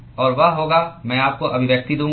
और वह होगा मैं आपको अभिव्यक्ति दूंगा